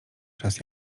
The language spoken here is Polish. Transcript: czas